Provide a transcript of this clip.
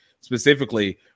specifically